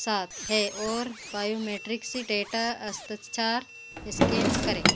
सात है और बायोमेट्रिक डेटा हस्तक्षार स्कैन करें